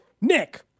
Nick